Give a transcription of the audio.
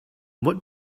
what